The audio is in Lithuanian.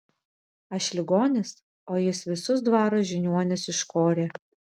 aš ligonis o jis visus dvaro žiniuonius iškorė